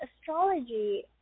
astrology